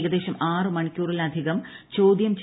ഏകദേശം ആറ് മണിക്കൂറിലധികം ചോദ്യു്